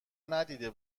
ندیده